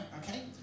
Okay